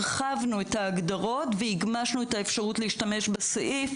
הרחבנו את ההגדרות והגמשנו את האפשרות להשתמש בסעיף,